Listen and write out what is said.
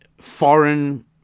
foreign